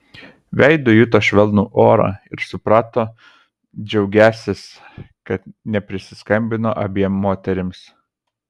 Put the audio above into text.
veidu juto švelnų orą ir suprato džiaugiąsis kad neprisiskambino abiem moterims